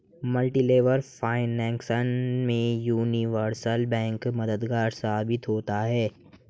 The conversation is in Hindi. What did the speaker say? मल्टीलेवल फाइनेंस में यूनिवर्सल बैंक मददगार साबित होता है